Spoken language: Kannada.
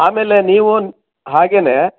ಆಮೇಲೆ ನೀವು ಹಾಗೇನೆ